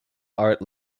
art